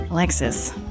Alexis